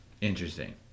interesting